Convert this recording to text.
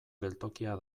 geltokia